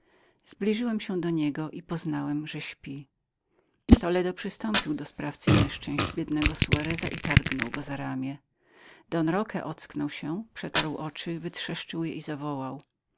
zbliżyłem się do niego i poznałem że spał toledo przystąpił do sprawcy nieszczęść biednego soareza i targnął go za ramię don roque ocknął się przetarł oczy wytrzeszczył je i zawołał